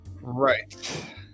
Right